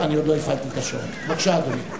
לא הפרעתי לאדוני מלה אחת.